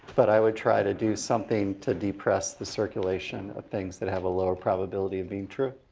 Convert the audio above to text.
but i would try to do something to depress the circulation of things that have a lower probability of being true.